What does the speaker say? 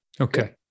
Okay